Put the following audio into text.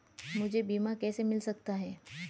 मुझे बीमा कैसे मिल सकता है?